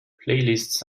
playlists